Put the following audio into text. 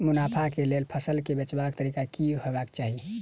मुनाफा केँ लेल फसल केँ बेचबाक तरीका की हेबाक चाहि?